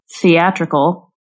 theatrical